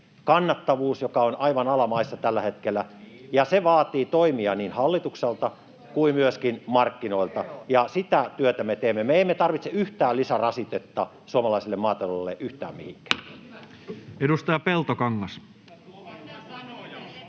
kannattavuus, joka on aivan alamaissa tällä hetkellä, ja se vaatii toimia niin hallitukselta [Riikka Purra: Ilmastotoimia!] kuin myöskin markkinoilta, ja sitä työtä me teemme. Me emme tarvitse yhtään lisärasitetta suomalaiselle maataloudelle yhtään mihinkään. [Speech 10]